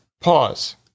Pause